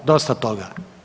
Dosta toga!